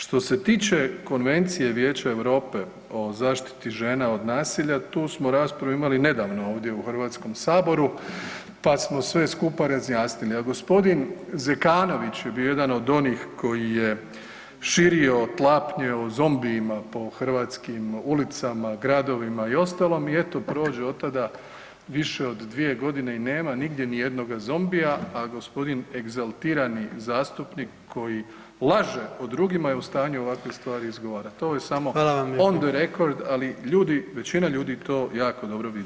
Što se tiče Konvencije Vijeća Europe o zaštiti žena od nasilja tu smo raspravu imali nedavno ovdje u Hrvatskom saboru pa smo sve skupa razjasnili, a gospodin Zekanović je bio jedan od onih koji je širio tlapnje o zombijima po hrvatskim ulicama, gradovima i ostalom i eto prođe otada više od 2 godine i nema nigdje ni jednoga zombija, a gospodin egzaltirani zastupnik koji laže o drugima je u stanju ovakve stvari izgovarati ovo je samo [[Upadica: Hvala vam lijepa.]] on the record ali većina ljudi to jako dobro vidi.